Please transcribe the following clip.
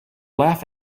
laugh